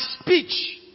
speech